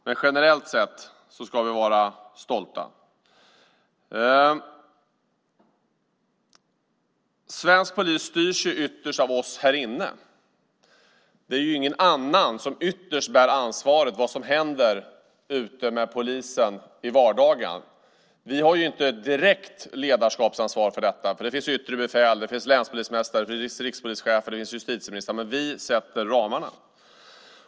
Men generellt sett ska vi vara stolta. Svensk polis styrs ytterst av oss härinne. Det är ju ingen annan som ytterst bär ansvaret för vad som händer med polisen ute i vardagen. Vi har inte ett direkt ledarskapsansvar för detta, för det finns yttre befäl, länspolismästare, rikspolischefer och justitieministrar, men vi sätter ramarna.